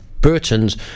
Burton's